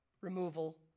removal